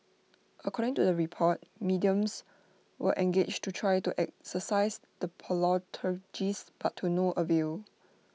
according to the report mediums were engaged to try to exorcise the poltergeists but to no avail